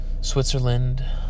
Switzerland